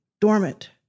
dormant